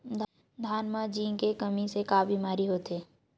धान म जिंक के कमी से का बीमारी होथे?